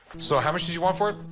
so how much did you want for it?